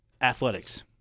athletics